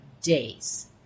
days